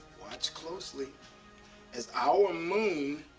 watch closely as our moon